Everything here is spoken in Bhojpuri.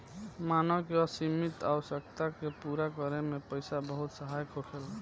मानव के असीमित आवश्यकता के पूरा करे में पईसा बहुत सहायक होखेला